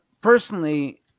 personally